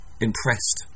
impressed